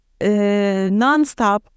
nonstop